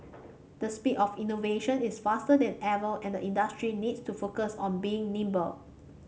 the speed of innovation is faster than ever and industry needs to focus on being nimble